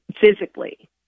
physically